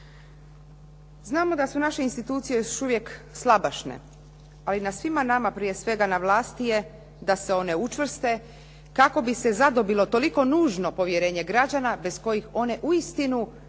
Znamo da su naše institucije slabašne, ali na svima prije svega na vlasti je da se one učvrste, kako bi se zadobilo toliko nužno povjerenje građana bez kojih one uistinu